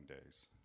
days